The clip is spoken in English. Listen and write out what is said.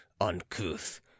uncouth